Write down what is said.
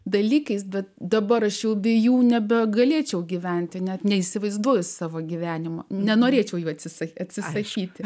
dalykais bet dabar aš jau be jų nebegalėčiau gyventi net neįsivaizduoju savo gyvenimo nenorėčiau jų atsisakė atsiprašyti